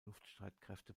luftstreitkräfte